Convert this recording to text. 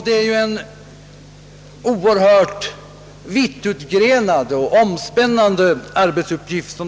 Det är en oerhört vittutgrenad och krävande arbetsuppgift.